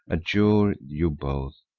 adjure you both,